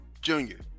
junior